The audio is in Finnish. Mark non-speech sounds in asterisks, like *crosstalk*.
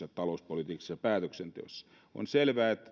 *unintelligible* ja päätöksentekoon on selvää että